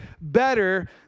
better